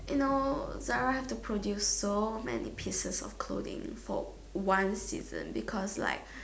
you know Zara have to produce so many pieces of clothing's for one season because like